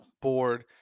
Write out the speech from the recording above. board